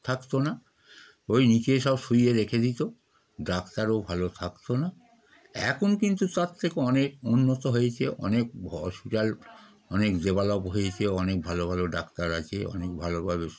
থাকত না ওই নিচে সব শুয়ে রেখে দিত ডাক্তারও ভালো থাকত না এখন কিন্তু তার থেকে অনেক উন্নত হয়েছে অনেক হসপিটাল অনেক ডেভেলপ হয়েছে অনেক ভালো ভালো ডাক্তার আছে অনেক ভালোভাবে